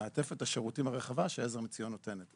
להם את מעטפת השירותים הרחבה ש- ׳עזר מציון׳ נותנת.